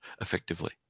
effectively